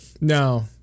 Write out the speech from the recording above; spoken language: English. No